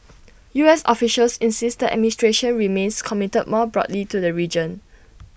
U S officials insist the administration remains committed more broadly to the region